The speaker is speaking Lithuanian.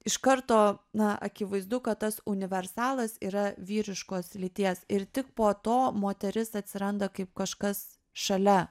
iš karto na akivaizdu kad tas universalas yra vyriškos lyties ir tik po to moteris atsiranda kaip kažkas šalia